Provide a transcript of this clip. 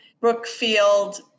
Brookfield